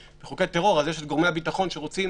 בוקי טרור יש את גורמי הביטחון שרוצים